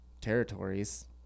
territories